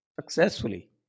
Successfully